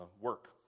work